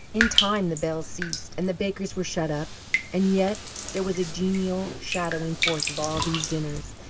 in time the bells ceased, and the bakers were shut up and yet there was a genial shadowing forth of all these dinners,